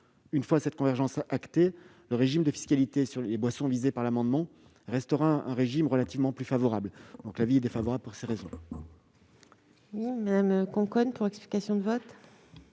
qu'une fois cette convergence actée le régime de fiscalité sur les boissons visées par l'amendement restera un régime relativement plus favorable. La parole est à Mme Catherine Conconne, pour explication de vote.